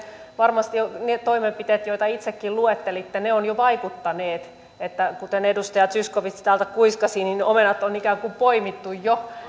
varmasti ne toimenpiteet joita itsekin luettelitte ovat jo vaikuttaneet kuten edustaja zyskowicz täältä kuiskasi omenat on ikään kuin poimittu jo